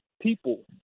people